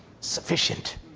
Sufficient